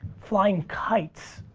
flying kites.